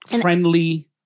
friendly